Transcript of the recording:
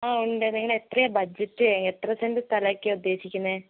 ആ ഉണ്ട് നിങ്ങൾ എത്രയാണ് ബജറ്റ് എത്ര സെൻ്റ് സ്ഥലം ഒക്കെ ഉദ്ദേശിക്കുന്നത്